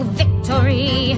victory